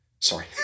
Sorry